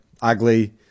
Ugly